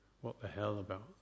what-the-hell-about